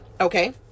Okay